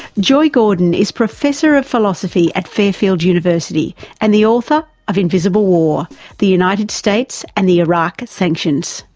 joy gordon is professor of philosophy at fairfield university and the author of invisible war the united states and the iraq sanctions.